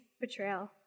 betrayal